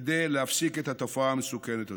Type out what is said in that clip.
כדי להפסיק את התופעה המסוכנת הזאת.